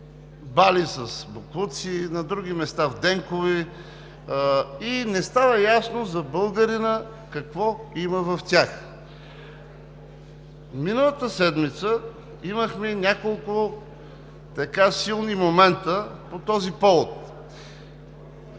бали с боклуци, на други места в денкове, и не става ясно за българина какво има в тях. Миналата седмица имахме няколко силни момента по този повод.